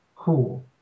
cool